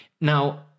Now